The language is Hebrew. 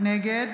נגד